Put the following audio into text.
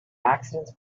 accidents